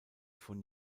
von